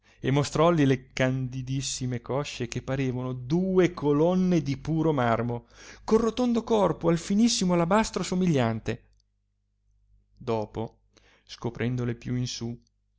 e mostrolli le candidissime coscie che parevano due colonne di puro marmo col rotondo corpo al finissimo alabastro somigliante dopo scoprendole più in su